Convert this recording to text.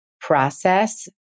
process